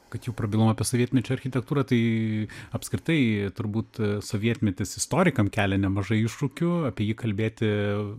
kad jau prabilom apie sovietmečio architektūrą tai apskritai turbūt sovietmetis istorikam kelia nemažai iššūkių apie jį kalbėti